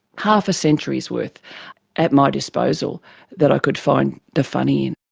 half a century's worth at my disposal that i could find the funny